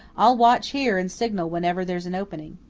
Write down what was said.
i'll watch here and signal whenever there's an opening.